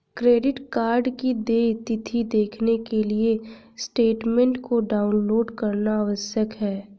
credit card की देय तिथी देखने के लिए स्टेटमेंट को डाउनलोड करना आवश्यक है